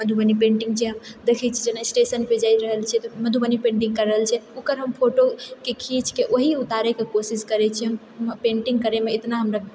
Madhubani painting छिऐ देखै छिऐ जेना स्टेशन पर जाइ रहल छिऐ तऽ मधुबनी पेन्टिङ्ग करल छै ओकर हम फोटोके खींचके ओएह उतारिके कोशिश करैत छिऐ हम पेन्टिङ्ग करएमे इतना हमरा